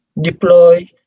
deploy